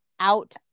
out